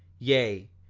yea,